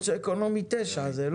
אין לכם מושג מה קורה למטה.